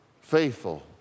faithful